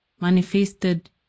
manifested